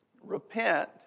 repent